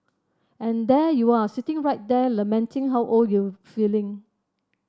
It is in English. and there you are sitting right there lamenting how old you feeling